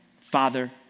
father